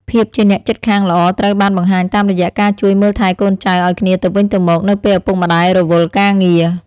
ភាពជាអ្នកជិតខាងល្អត្រូវបានបង្ហាញតាមរយៈការជួយមើលថែកូនចៅឱ្យគ្នាទៅវិញទៅមកនៅពេលឪពុកម្ដាយរវល់ការងារ។